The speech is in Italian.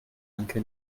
anche